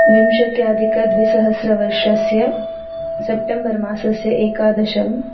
विंशति अधिकद्विसहस्रवर्षस्य सप्टेम्बर् मासस्य एकादशं